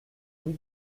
rue